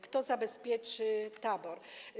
Kto zabezpieczy tabor?